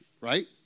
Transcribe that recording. right